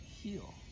heal